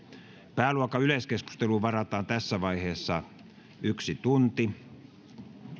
pääluokan yleiskeskusteluun varataan tässä vaiheessa yksi tunti